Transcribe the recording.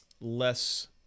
less